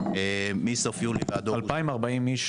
מסוף יולי ועד --- כ-2,040 אנשים,